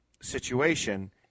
situation